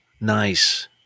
Nice